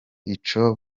icyo